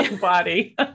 body